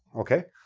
okay?